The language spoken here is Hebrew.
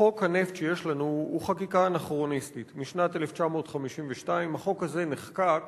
חוק הנפט שיש לנו הוא חקיקה אנכרוניסטית משנת 1952. החוק הזה נחקק